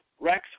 Rex